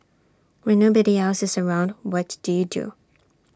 when nobody else is around what do you do